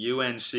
UNC